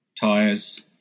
tires